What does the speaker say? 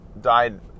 died